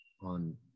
on